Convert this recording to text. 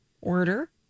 Order